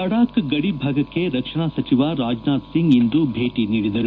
ಲಡಾಕ್ ಗಡಿ ಭಾಗಕ್ಕೆ ರಕ್ಷಣಾ ಸಚಿವ ರಾಜನಾಥ್ ಸಿಂಗ್ ಇಂದು ಭೇಟ ನೀಡಿದರು